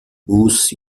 بوس